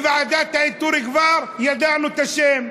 ובוועדת האיתור כבר ידענו את השם.